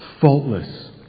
faultless